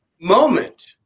moment